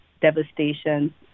devastation